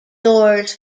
doors